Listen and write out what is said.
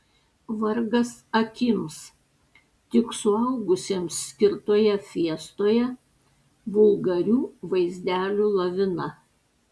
vargas akims tik suaugusiems skirtoje fiestoje vulgarių vaizdelių lavina